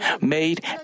made